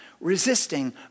resisting